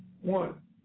one